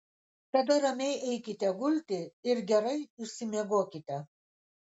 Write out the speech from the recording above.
tada ramiai eikite gulti ir gerai išsimiegokite